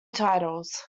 titles